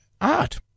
art